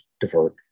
divert